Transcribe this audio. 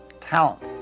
talent